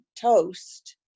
toast